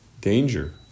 danger